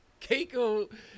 Keiko